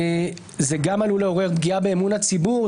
זה גם עלול לעורר פגיעה באמון הציבור.